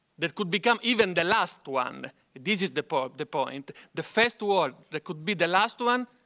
that could become even the last one this is the point the point the first word that could be the last one,